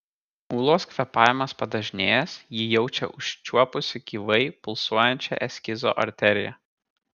ūlos kvėpavimas padažnėjęs ji jaučia užčiuopusi gyvai pulsuojančią eskizo arteriją